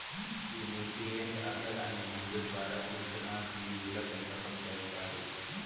ఈ nutrient agar అనే మందు ద్వారా సూక్ష్మ జీవుల పెంపకం చేస్తారు